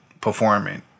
performing